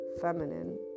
feminine